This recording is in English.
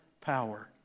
power